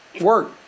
work